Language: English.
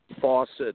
faucet